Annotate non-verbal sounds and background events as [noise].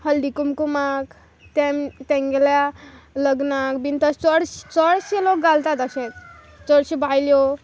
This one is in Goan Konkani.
हळदी कुकमाक [unintelligible] तेंगेल्या लग्नाक बीन चोडशे चोडशे लोक घालतात अशेंच चडशी बायल्यो